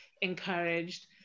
encouraged